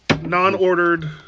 non-ordered